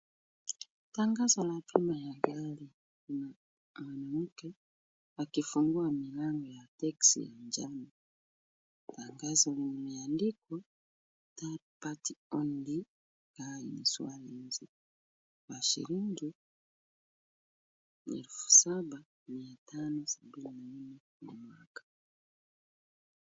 Tangazo la bima ya gari lina mwanamke akifungua milango ya teksi ya njano. Tangazo limeandikwa, Third Party Only Car Insurance kwa shilingi 7574.